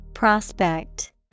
Prospect